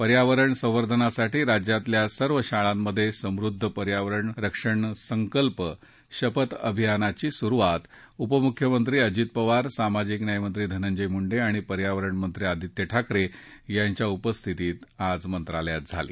पर्यावरण संवर्धनासाठी राज्यातल्या सर्व शाळांमधे समृद्ध पर्यावरण रक्षण संकल्प शपथ अभियानाची सुरुवात उपमुख्यमंत्री अजित पवार सामाजिक न्यायमंत्री धनंजय मुंडे आणि पर्यावरणमंत्री आदित्य ठाकरे यांच्या उपस्थितीत आज मंत्रालयात झाली